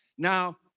Now